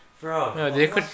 Bro